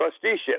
trusteeship